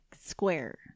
square